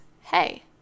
hey